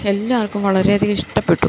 എല്ലാവർക്കും വളരെയധികം ഇഷ്ടപ്പെട്ടു